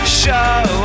show